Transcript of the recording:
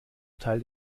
teil